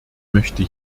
möchte